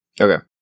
Okay